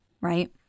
right